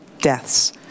deaths